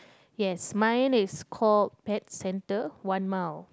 yes mine is call pet centre one mile